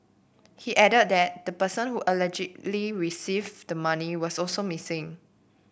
he added that the person who allegedly received the money was also missing